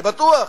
אני בטוח,